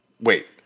Wait